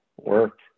work